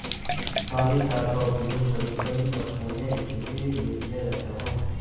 काली तार का उपयोग सभी परिपथों में बिजली के लिए किया जाता है